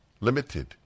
limited